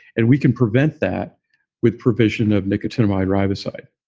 and we can prevent that with provision of nicotinamide riboside.